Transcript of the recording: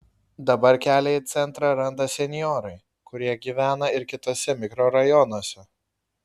dabar kelią į centrą randa senjorai kurie gyvena ir kituose mikrorajonuose